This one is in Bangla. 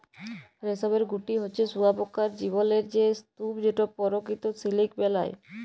রেশমের গুটি হছে শুঁয়াপকার জীবলের সে স্তুপ যেট পরকিত সিলিক বেলায়